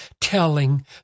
telling